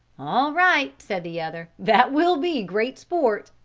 all right, said the other, that will be great sport.